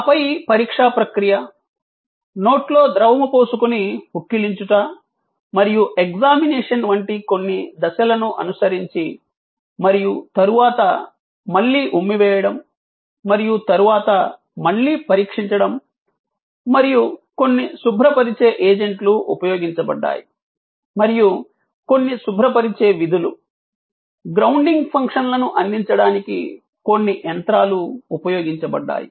ఆపై పరీక్షా ప్రక్రియ నొట్లొ ద్రవము పోసుకొని పుక్కిలించుట మరియు ఎగ్జామినేషన్ వంటి కొన్ని దశలను అనుసరించి మరియు తరువాత మళ్ళీ ఉమ్మివేయడం మరియు తరువాత మళ్ళీ పరీక్షించడం మరియు కొన్ని శుభ్రపరిచే ఏజెంట్లు ఉపయోగించబడ్డాయి మరియు కొన్ని శుభ్రపరిచే విధులు గ్రౌండింగ్ ఫంక్షన్లను అందించడానికి కొన్ని యంత్రాలు ఉపయోగించబడ్డాయి